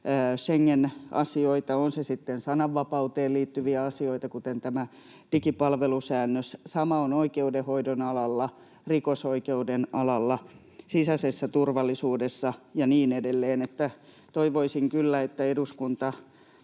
Schengen-asioita, on se sitten sananvapauteen liittyviä asioita, kuten tämä digipalvelusäännös. Sama on oikeudenhoidon alalla, rikosoikeuden alalla, sisäisessä turvallisuudessa ja niin edelleen. Toivoisin kyllä, että eduskunta